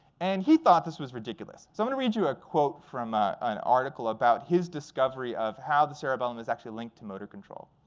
and he thought this was ridiculous. so i'm and read you a quote from ah an article about his discovery of how the cerebellum is actually linked to motor control.